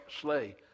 slay